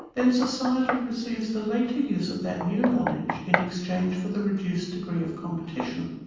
then society receives the later use of that new knowledge in exchange for the reduced degree of competition.